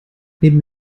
neben